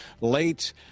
late